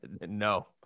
No